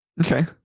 okay